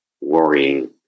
worrying